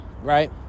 Right